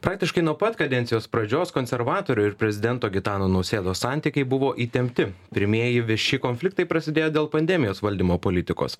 praktiškai nuo pat kadencijos pradžios konservatorių ir prezidento gitano nausėdos santykiai buvo įtempti pirmieji vieši konfliktai prasidėjo dėl pandemijos valdymo politikos